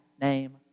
name